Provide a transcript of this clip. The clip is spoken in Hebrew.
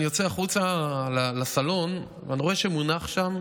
אני יוצא החוצה לסלון ואני רואה שמונח שם,